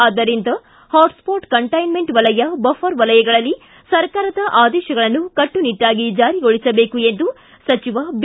ಆದ್ದರಿಂದ hotspot containment ವಲಯ buffer ವಲಯಗಳಲ್ಲಿ ಸರ್ಕಾರದ ಆದೇಶಗಳನ್ನು ಕಟ್ಟುನಿಟ್ಟಾಗಿ ಜಾರಿಗೊಳಿಸಬೇಕು ಎಂದು ಸಚಿವ ಬಿ